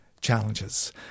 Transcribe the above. challenges